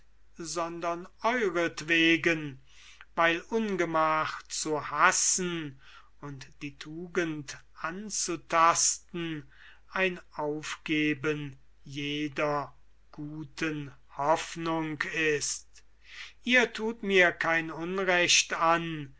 sondern euretwegen weil ungemach zu hassen und die tugend anzutasten ein aufgeben guten hoffnung ist ihr thut mir kein unrecht an